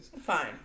fine